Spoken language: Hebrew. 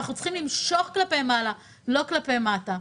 אנחנו צריכים למשוך כלפי מעלה ולא כלפי מטה.